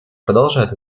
продолжает